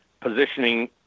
positioning